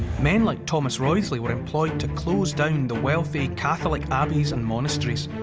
men like thomas wriothesley were employed to close down the wealthy catholic abbeys and monasteries.